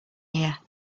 here